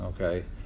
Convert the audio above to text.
okay